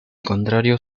contrario